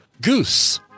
Goose